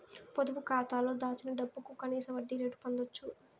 పొదుపు కాతాలో దాచిన డబ్బుకు కనీస వడ్డీ రేటు పొందచ్చు